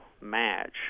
match